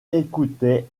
écoutaient